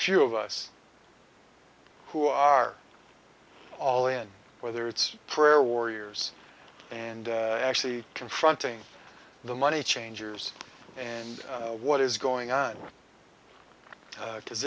few of us who are all in whether it's prayer warriors and actually confronting the money changers and what is going on with because